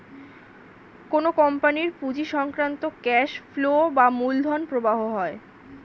কোন কোম্পানির পুঁজি সংক্রান্ত ক্যাশ ফ্লো বা মূলধন প্রবাহ হয়